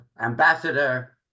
Ambassador